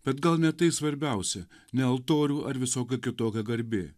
bet gal ne tai svarbiausia ne altorių ar visokia kitokia garbė